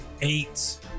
eight